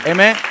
Amen